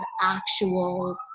actual